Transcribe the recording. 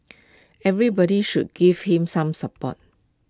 everybody should give him some support